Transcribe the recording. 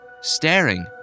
staring